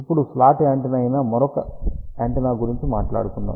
ఇప్పుడు slot antenna అయిన మరొక యాంటెన్నా గురించి మాట్లాడుకుందాం